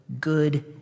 good